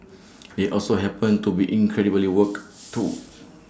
they also happen to be incredibly woke too